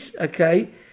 okay